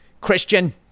Christian